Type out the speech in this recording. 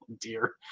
Dear